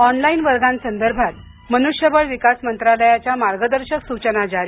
online वर्गांसदर्भात मनुष्यबळ विकास मंत्रालयाच्या मार्गदर्शक सूचना जारी